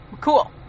cool